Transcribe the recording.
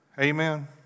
Amen